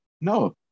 No